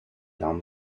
down